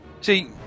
See